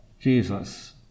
Jesus